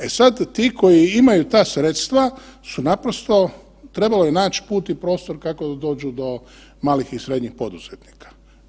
E sad, ti koji imaju ta sredstva su naprosto, trebalo je nać put i prostor kako da dođu do malih i srednjih poduzetnika.